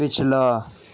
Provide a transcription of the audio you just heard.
پچھلا